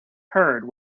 heard